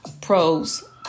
pros